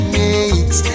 makes